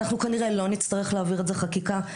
אנחנו כנראה לא נצטרך להעביר את זה חקיקה.